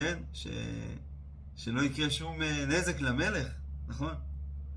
כן, שלא יקרה שום נזק למלך, נכון.